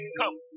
come